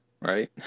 right